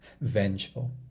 Vengeful